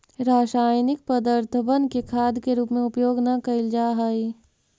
रासायनिक पदर्थबन के खाद के रूप में उपयोग न कयल जा हई